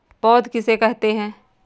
पौध किसे कहते हैं?